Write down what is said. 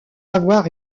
avoir